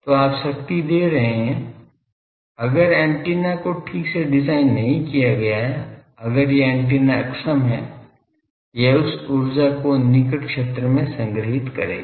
तो आप शक्ति दे रहे हैं लेकिन अगर एंटीना को ठीक से डिज़ाइन नहीं किया गया है अगर यह एंटीना अक्षम है यह उस ऊर्जा को निकट क्षेत्र में संग्रहीत करेगा